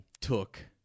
took